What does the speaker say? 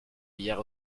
hier